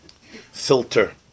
filter